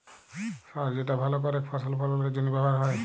সার যেটা ভাল করেক ফসল ফললের জনহে ব্যবহার হ্যয়